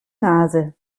nase